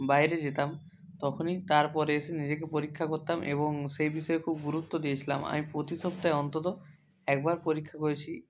বাইরে যেতাম তখনই তারপর এসে নিজেকে পরীক্ষা করতাম এবং সেই বিষয় খুব গুরুত্ব দিয়েছিলাম আমি পতি সপ্তাহে অন্তত একবার পরীক্ষা করেছি